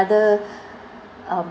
other um